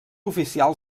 oficial